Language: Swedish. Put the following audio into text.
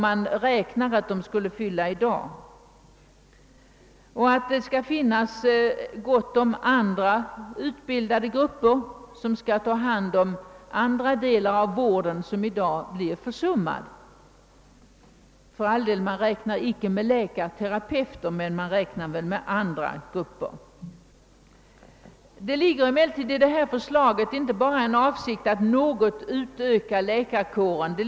Man måste även förutsätta att det skall finnas gott om andra utbildade grupper, som skall ta hand om de delar av vården som i dag blir försummade. Man räknar för all del inte med läkarterapeuter utan med andra grupper. Det ligger emellertid i detta förslag inte bara en avsikt att något utöka läkarkåren.